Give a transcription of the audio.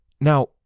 Now